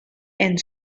and